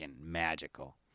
magical